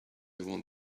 want